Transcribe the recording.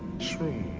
shroom,